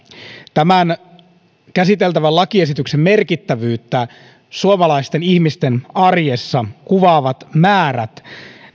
tämän käsiteltävän lakiesityksen merkittävyyttä suomalaisten ihmisten arjessa kuvaavat määrät